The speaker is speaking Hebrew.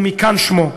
ומכאן שמו.